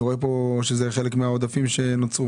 אני רואה פה שזה חלק מהעודפים שנוצרו.